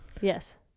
Yes